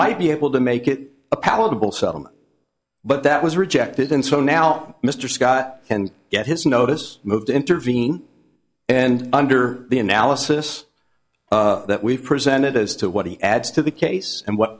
might be able to make it a palatable settlement but that was rejected and so now mr scott can get his notice moved to intervene and under the analysis that we've presented as to what he adds to the case and what